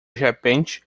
repente